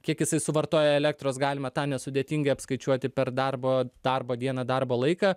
kiek jisai suvartoja elektros galima tą nesudėtingai apskaičiuoti per darbo darbo dieną darbo laiką